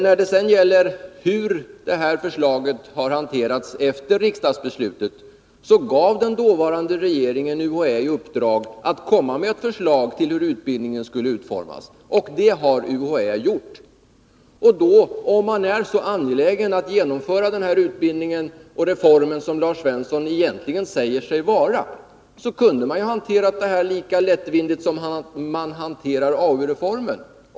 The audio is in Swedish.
Vad beträffar hur detta förslag har hanterats efter riksdagsbeslutet vill jag peka på att den dåvarande regeringen gav UHÄ i uppdrag att lägga fram ett 59 förslag till hur utbildningen skulle utformas, och det har UHÄ också gjort. Om man är så angelägen att genomföra utbildningsreformen som Lars Svensson säger sig egentligen vara, kunde man ha hanterat denna fråga lika lättvindigt som man behandlar AU-reformen.